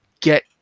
get